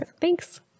Thanks